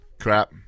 crap